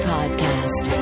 Podcast